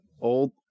Old